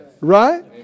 Right